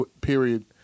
period